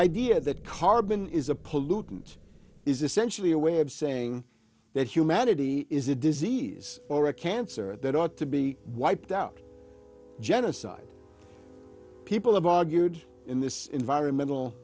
idea that carbon is a pollutant is essentially a way of saying that humanity is a disease or a cancer that ought to be wiped out genocide people have argued in this environmental